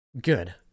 good